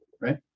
right